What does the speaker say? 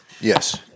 Yes